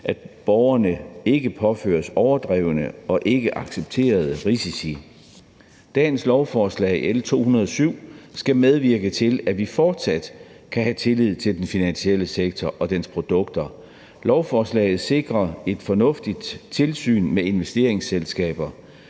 at borgerne ikke påføres overdrevne og ikkeaccepterede risici. Dagens lovforslag, L 207, skal medvirke til, at vi fortsat kan have tillid til den finansielle sektor og dens produkter. Lovforslaget sikrer et fornuftigt tilsyn med investeringsselskaber,